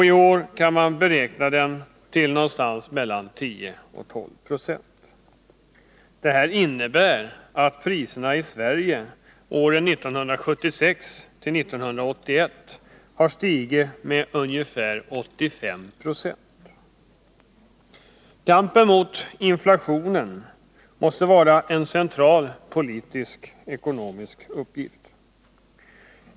I år kan de beräknas komma att uppgå till mellan 10 och 12 96. Det innebär att priserna i Sverige åren 1976-1981 stigit med ungefär 85 90. Kampen mot inflationen måste vara en central ekonomisk-politisk uppgift.